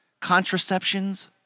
contraceptions